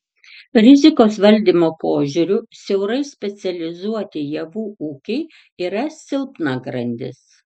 rizikos valdymo požiūriu siaurai specializuoti javų ūkiai yra silpna grandis